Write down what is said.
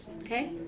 Okay